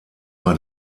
bei